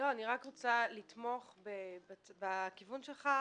אני רק רוצה לתמוך בכיוון שלך,